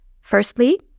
Firstly